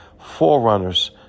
Forerunners